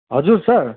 हजुर सर